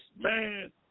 man